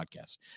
podcast